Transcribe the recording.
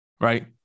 right